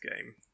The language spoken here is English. game